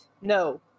no